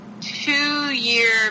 two-year